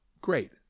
Great